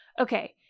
Okay